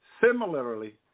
Similarly